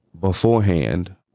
beforehand